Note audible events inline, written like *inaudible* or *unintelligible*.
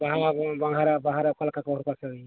ᱵᱟᱦᱟ ᱵᱟᱦᱟ *unintelligible* ᱨᱮ ᱚᱠᱟ ᱞᱮᱠᱟ ᱠᱚ ᱦᱚᱨᱚᱜᱼᱟ ᱥᱟᱹᱲᱤ